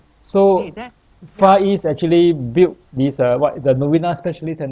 so far east actually built this uh what the novena specialist centre